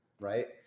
right